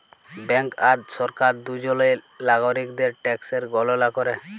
bank আর সরকার দুজলই লাগরিকদের ট্যাকসের গললা ক্যরে